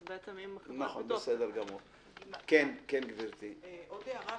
בעצם אם חברת הביטוח- -- עוד הערה,